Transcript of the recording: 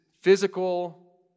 physical